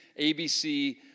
ABC